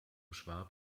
schwab